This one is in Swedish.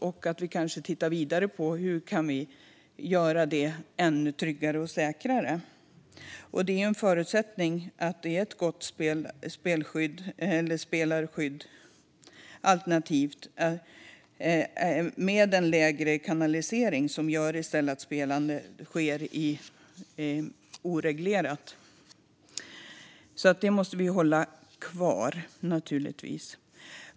Vi kan kanske titta vidare på hur vi kan göra det ännu tryggare och säkrare. Det är en förutsättning att det är ett gott skydd för spelare. Alternativet med en lägre kanalisering kan göra att spelandet sker oreglerat, så skyddet måste vi naturligtvis hålla kvar.